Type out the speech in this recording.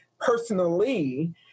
personally